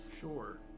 sure